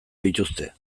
dituzte